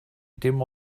dim